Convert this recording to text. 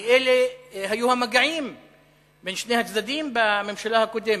כי אלה היו המגעים בין שני הצדדים בממשלה הקודמת.